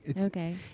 Okay